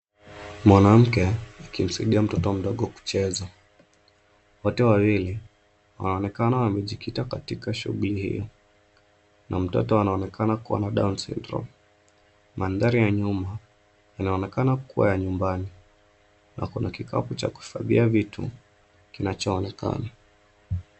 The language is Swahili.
Mwanamke akimsaidia mtoto mdogo kucheza. Wote wawili wanaonekana wamejikita katika shughuli hii na mtoto anaonekana kuwa na down syndrome . Mandhari ya nyuma inaonekana kuwa ya nyumbani na kuna kikapu cha kufagia vitu kinachoonekana.